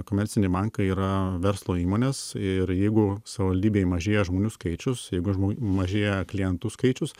komerciniai bankai yra verslo įmonės ir jeigu savivaldybėj mažėja žmonių skaičius jeigu žmo mažėja klientų skaičius